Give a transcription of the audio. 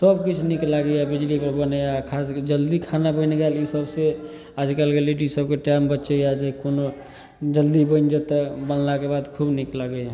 सबकिछु नीक लागैए बिजलीपर बनैए खासके जल्दी खाना बनि गेल ईसबसे आजकलके लेडीसभके टाइम बचैए जे कोनो जल्दी बनि जेतै बनलाके बाद खूब नीक लागैए